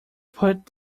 put